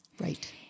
Right